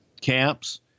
camps